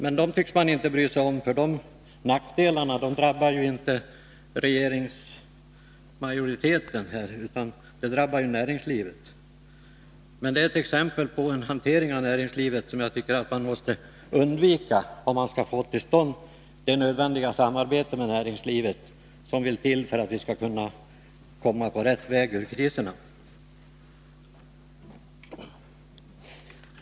Dem tycks man emellertid inte bry sig om, för de nackdelarna drabbar ju inte regeringsmajoriteten utan näringslivet. Men det är ett exempel på ett sätt att hantera näringslivet som man måste undvika om man skall få till stånd det samarbete med näringslivet som är nödvändigt för att vi skall kunna komma på rätt väg ur kriserna.